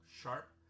sharp